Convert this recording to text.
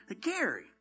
Gary